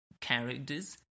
characters